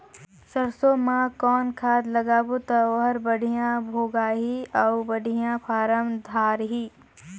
सरसो मा कौन खाद लगाबो ता ओहार बेडिया भोगही अउ बेडिया फारम धारही?